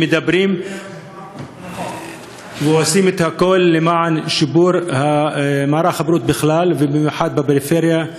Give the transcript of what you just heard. מדברים ועושים הכול למען שיפור מערך הבריאות בכלל ובמיוחד בפריפריה.